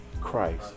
Christ